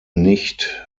nicht